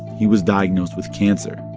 he was diagnosed with cancer.